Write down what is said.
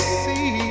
see